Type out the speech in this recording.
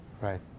Right